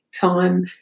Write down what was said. time